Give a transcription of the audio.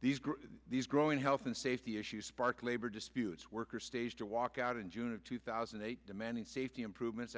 these growing health and safety issues sparked labor disputes workers staged a walkout in june of two thousand and eight demanding safety improvements